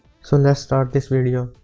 so lets start this video.